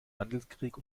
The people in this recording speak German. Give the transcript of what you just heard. handelskrieg